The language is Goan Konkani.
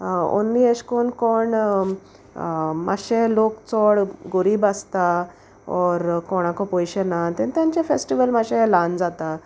ओन्ली अेशकोन्न कोण मातशे लोक चोड गोरीब आसता ओर कोणाको पोयशे ना तेन्ना तेंचे फेस्टिवल मातशे ल्हान जाता